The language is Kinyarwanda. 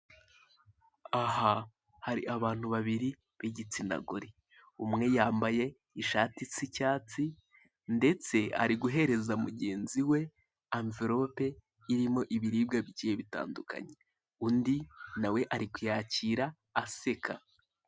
Aha hari abantu babiri b'igitsinagore umwe yambaye ishati isa icyatsi, ndetse ari guhereza mugenzi we amvelope irimo ibiribwa bigiye bitandukanye. Undi nawe ari kuyakira aseka.